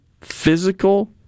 physical